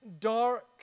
dark